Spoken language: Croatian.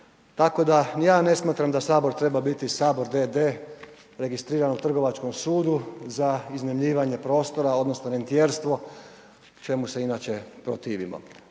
tako da ni ja ne smatram da HS treba biti HS d.d. registriran u trgovačkom sudu za iznajmljivanje prostora odnosno rentijerstvo, čemu se inače protivimo.